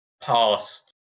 past